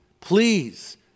please